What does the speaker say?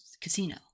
Casino